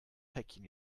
päckchen